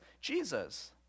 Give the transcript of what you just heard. Jesus